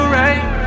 right